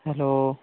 hello